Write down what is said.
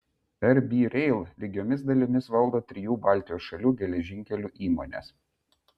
rb rail lygiomis dalimis valdo trijų baltijos šalių geležinkelių įmonės